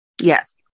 Yes